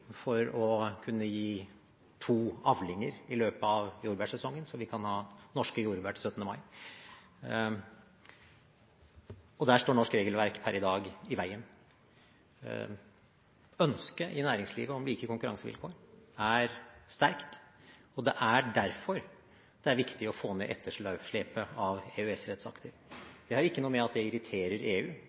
for å kunne gi to avlinger i løpet av jordbærsesongen, så vi kan ha norske jordbær til 17. mai. Der står norsk regelverk per i dag i veien. Ønsket i næringslivet om like konkurransevilkår er sterkt, og det er derfor det er viktig å få ned etterslepet av EØS-rettsakter. Det har ikke noe med at det irriterer EU